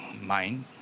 mind